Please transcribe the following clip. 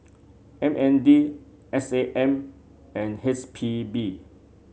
M N D S A M and H P B